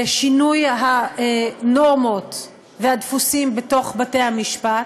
בשינוי הנורמות והדפוסים בתוך בתי-המשפט.